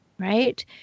Right